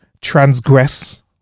transgress